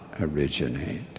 originate